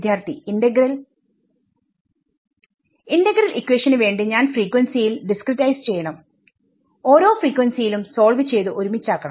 വിദ്യാർത്ഥി integral integral ഇക്വേഷന് വേണ്ടി ഞാൻ ഫ്രീക്വൻസിയിൽ ഡിസ്ക്രിടൈസ് ചെയ്യണം ഓരോ ഫ്രീക്വൻസിയിലും സോൾവ് ചെയ്തു ഒരുമിച്ചക്കണം